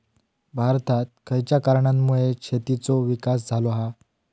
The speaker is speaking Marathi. भारतात खयच्या कारणांमुळे शेतीचो विकास झालो हा?